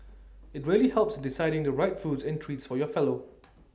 IT really helps in deciding the right foods and treats for your fellow